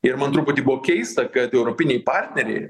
ir man truputį buvo keista kad europiniai partneriai